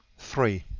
three.